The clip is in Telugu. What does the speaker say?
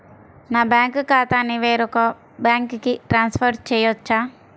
నా బ్యాంక్ ఖాతాని వేరొక బ్యాంక్కి ట్రాన్స్ఫర్ చేయొచ్చా?